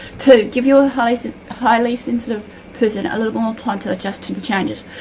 two. give your highly highly sensitive person a little more time to adjust to the changes.